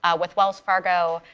ah with wells fargo,